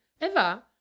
Eva